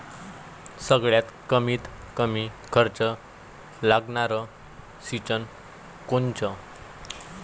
सगळ्यात कमीत कमी खर्च लागनारं सिंचन कोनचं?